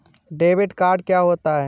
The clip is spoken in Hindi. डेबिट कार्ड क्या होता है?